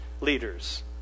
leaders